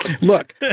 Look